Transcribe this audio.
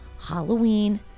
Halloween